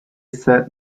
said